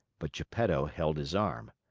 but geppetto held his arm.